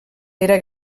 era